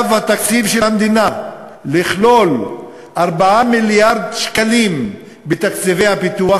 תקציב המדינה חייב לכלול 4 מיליארד שקלים בתקציבי הפיתוח,